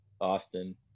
austin